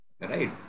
right